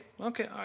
okay